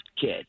kid